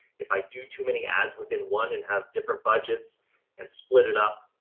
if i do too many ads within one and have different budgets and split it up,